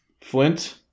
Flint